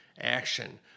action